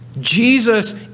Jesus